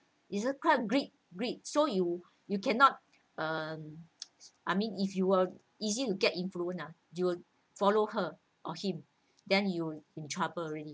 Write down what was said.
is a kind of greed greed so you you cannot um I mean if you are easy to get influenced ah you will follow her or him then you in trouble already